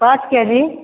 और क्या जी